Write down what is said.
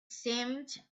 seemed